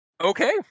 Okay